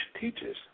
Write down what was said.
teaches